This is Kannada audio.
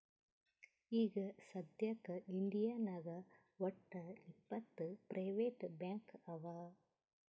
ಈಗ ಸದ್ಯಾಕ್ ಇಂಡಿಯಾನಾಗ್ ವಟ್ಟ್ ಇಪ್ಪತ್ ಪ್ರೈವೇಟ್ ಬ್ಯಾಂಕ್ ಅವಾ